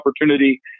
opportunity